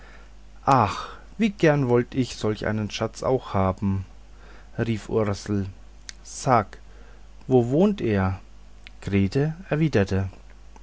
ach wie gern wollt ich solch einen schatz auch haben rief ursel sag wo wohnt er grete erwiderte